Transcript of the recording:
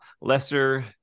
lesser